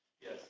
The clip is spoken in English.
Yes